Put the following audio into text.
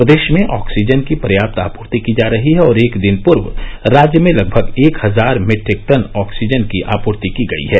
प्रदेश में ऑक्सीजन की पर्याप्त आपूर्ति की जा रही है और एक दिन पूर्व राज्य में लगभग एक हजार मीट्रिक टन ऑक्सीजन की आपूर्ति की गयी है